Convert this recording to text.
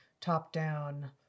top-down